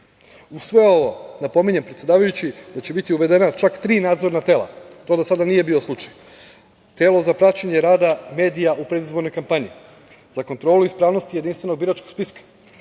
sve ovo, napominjem, predsedavajući, da će biti uvedena čak tri nadzorna tela. To do sada nije bio slučaj. Telo za praćenje rada medija u predizbornoj kampanji, za kontrolu ispravnosti jedinstvenog biračkog spiska,